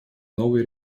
новые